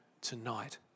tonight